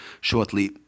shortly